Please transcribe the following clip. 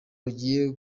bagiye